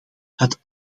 het